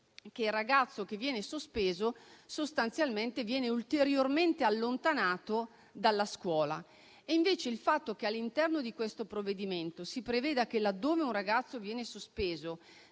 che il ragazzo che viene sospeso sostanzialmente viene ulteriormente allontanato dalla scuola. Invece, il fatto che all'interno di questo provvedimento si preveda che, laddove un ragazzo viene sospeso,